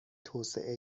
توسعه